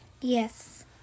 Yes